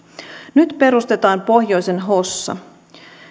nyt perustetaan pohjoisen hossa